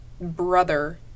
brother